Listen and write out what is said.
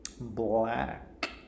black